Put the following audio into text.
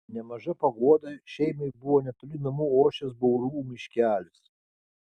nemaža paguoda šeimai buvo netoli namų ošęs baurų miškelis